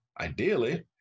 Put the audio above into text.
ideally